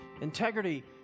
Integrity